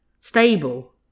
Stable